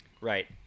Right